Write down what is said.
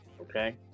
Okay